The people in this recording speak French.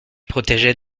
protégeaient